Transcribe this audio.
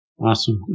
Awesome